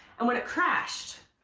and when it crashed,